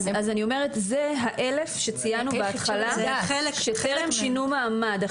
אלה ה-1,000 שציינו בהתחלה שטרם שינו מעמד.